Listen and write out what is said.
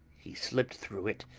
he slipped through it,